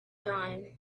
time